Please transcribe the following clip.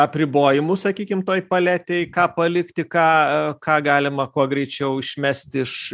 apribojimus sakykim toj paletėj ką palikti ką ką galima kuo greičiau išmesti iš